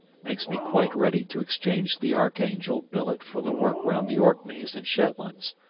makes me quite ready to exchange the archangel billet for the work round the orkneys and shetlands,